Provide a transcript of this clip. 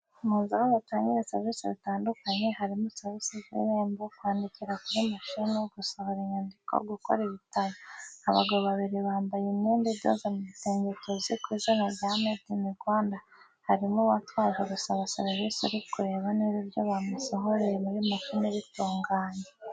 Mu nzu aho batangira serivise zitandukanye, harimo serivise z'irembo, kwandikira kuri mashini, gusohora inyandiko, gukora ibitabo. Abagabo babiri bambaye imyenda idoze mu gitenge tuzi ku izina rya made ini Rwanda harimo uwaje gusaba serivice uri kureba niba ibyo bamusohoreye muri mashini bitunganye.